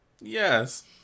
Yes